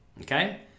Okay